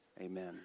Amen